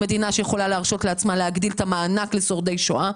והיא גם יכולה להרשות לעצמה להגדיל את המענק לשורדי שואה,